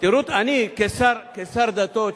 תראו אותי כשר דתות,